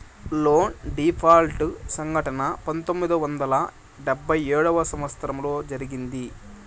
loan default సంఘటన పంతొమ్మిది వందల డెబ్భై ఏడవ సంవచ్చరంలో జరిగింది